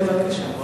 בבקשה.